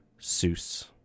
seuss